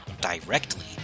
directly